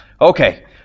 Okay